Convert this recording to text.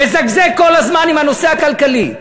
מזגזג כל הזמן עם הנושא הכלכלי,